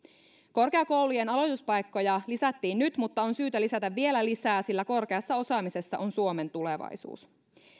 korkeakoulujen aloituspaikkoja lisättiin nyt mutta on syytä lisätä vielä lisää sillä korkeassa osaamisessa on suomen tulevaisuus